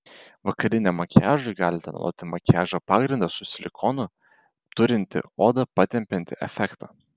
vakariniam makiažui galite naudoti makiažo pagrindą su silikonu turintį odą patempiantį efektą